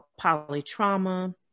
polytrauma